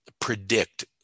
predict